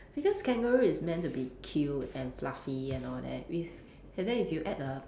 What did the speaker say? because kangaroo is meant to be cute and fluffy and all that with and then if you add a